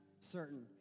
certain